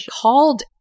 called